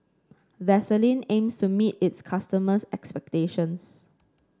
Vaselin aims to meet its customers' expectations